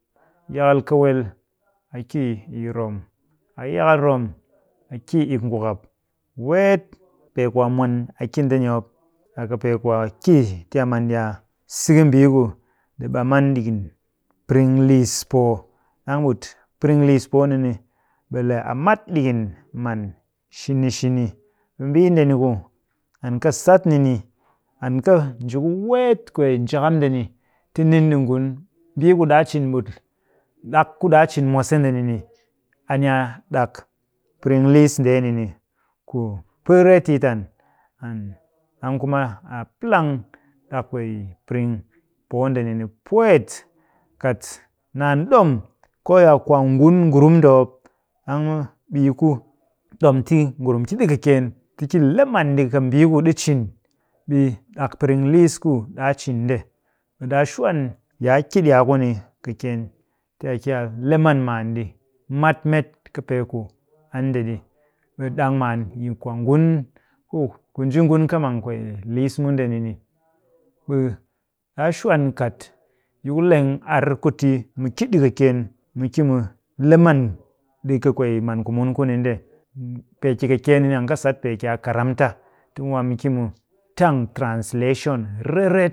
Yakal kawel, a ki yi rom. A yakal rom, a ki ik'ngwakap. Weet pee ku a mwan a ki ndeni mop, a kɨpee ku a ki ti a man a siki mbii ku ɗi ɓam an ɗikin piring liis poo. Ɗang ɓut piring liis poo ni ni, ɓe le a mat ɗikin man shine shine. Ɓe mbii ndeni ku an kɨ sat ni ni, an kɨ nji ku weet kwee njakam ndeni ti nin ɗi ngun, mbii ku ɗaa cin ɓut ɗak ku ɗaa cin mwase ni ni, a ni a ɗak piring liis ndeni ni ku pɨ retyit an. And ɗang kuma a plang ɗak kwee piring poo ndeni ni pwet. Kat naan ɗom, koo yi a kwaangun ngurum nde mop, ɗang ɓe yi ku ɗom ti ngurum ki ɗi kɨkyeen ti ki le man ɗi kɨ mbii ku ɗi cin. Ɓe ɗak piring liis ku ɗaa cin nde, ɓe ɗaa shwan yi a ki ɗi a kuni kɨkyeen ti a ki a le man maan ɗi mat met kɨpee ku an nde ɗi. Ɓe ɗang maan yi kwaangun ku ku nji ngun kɨ mang kwee liis mu ndeni ni, ɓe ɗaa shwan kat yi ku leng ar ku ti mu ki ɗi kɨkyeen, mu ki mu le man ɗi kɨ kwee man ku mun kuni nde. Pee ki kɨkyeen ni ni, a kɨ sat a pee ki karamta, timu waa mu ki mu tang translation riret